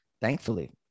thankfully